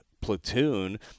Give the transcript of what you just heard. platoon